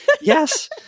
yes